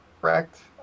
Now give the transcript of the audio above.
correct